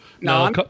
No